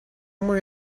more